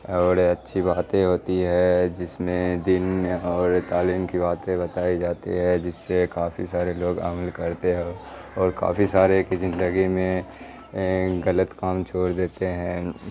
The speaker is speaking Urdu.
اور اچھی باتیں ہوتی ہے جس میں دن اور تعلیم کی باتیں بتائی جاتی ہے جس سے کافی سارے لوگ عمل کرتے ہو اور کافی سارے کی زندگی میں غلط کام چھوڑ دیتے ہیں